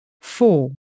four